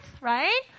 right